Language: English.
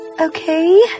okay